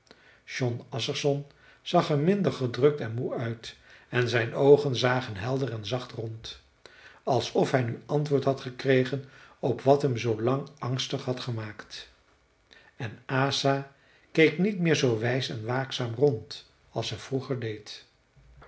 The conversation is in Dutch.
jon assarsson zag er minder gedrukt en moe uit en zijn oogen zagen helder en zacht rond alsof hij nu antwoord had gekregen op wat hem zoo lang angstig had gemaakt en asa keek niet meer zoo wijs en waakzaam rond als ze vroeger deed